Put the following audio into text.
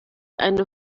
eine